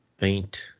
paint